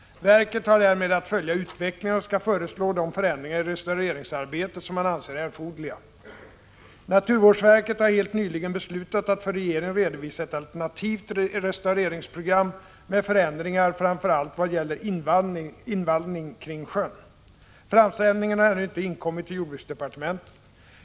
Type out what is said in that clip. Verket har därmed att följa utvecklingen och skall föreslå de förändringar i restaureringsarbetet som man anser erforderliga. Naturvårdsverket har helt nyligen beslutat att för regeringen redovisa ett alternativt restaureringsprogram med förändringar framför allt vad gäller invallning kring sjön. Framställningen har ännu inte inkommit till jordbruksdepartementet.